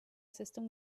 system